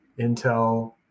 Intel